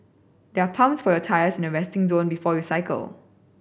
there are pumps for your tyres at the resting zone before you cycle